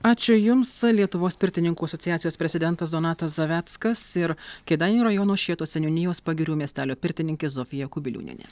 ačiū jums lietuvos pirtininkų asociacijos prezidentas donatas zaveckas ir kėdainių rajono šėtos seniūnijos pagirių miestelio pirtininkė zofija kubiliūnienė